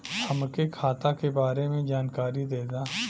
हमके खाता के बारे में जानकारी देदा?